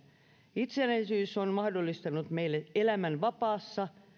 itsenäisyys on mahdollistanut meille elämän vapaassa